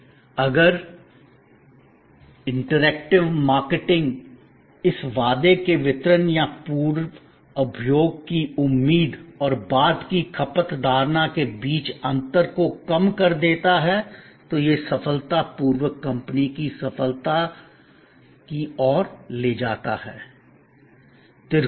और अगर संवादमूलक विपणन इंटरएक्टिव मार्केटिंग इस वादे के वितरण या पूर्व उपभोग की उम्मीद और बाद की खपत धारणा के बीच अंतर को कम कर देता है तो यह सफलतापूर्वक कंपनी की सफलता की ओर ले जाता है